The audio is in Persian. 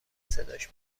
صداش